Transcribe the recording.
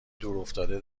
دورافتاده